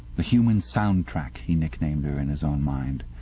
the human sound-track he nicknamed her in his own mind.